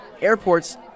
Airports